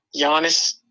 Giannis